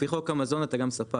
לפי חוק המזון אתה גם ספק.